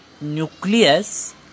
nucleus